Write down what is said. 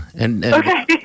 Okay